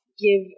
give